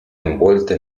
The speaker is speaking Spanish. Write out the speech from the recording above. envuelto